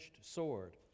sword